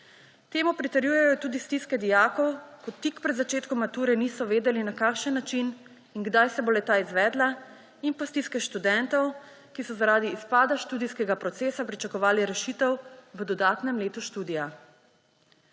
Temu pritrjujejo tudi stiske dijakov, ko tik pred začetkom mature niso vedeli, na kakšen način in kdaj se bo le-ta izvedla, in stiske študentov, ki so zaradi izpada študijskega procesa pričakovali rešitev v dodatnem letu študija.